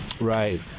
Right